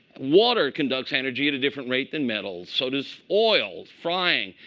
water conducts energy at a different rate than metal, so does oil, frying.